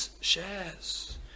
shares